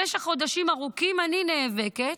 במשך חודשים ארוכים אני נאבקת